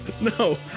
No